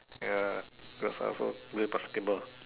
ya cause I also play basketball